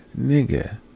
Nigga